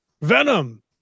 Venom